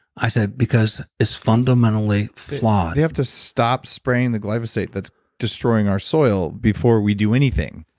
i said, because it's fundamentally flawed. we have to stop spraying the glyphosate that's destroying our soil before we do anything,